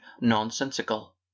nonsensical